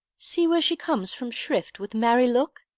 see where she comes from shrift with merry look.